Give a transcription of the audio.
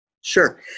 Sure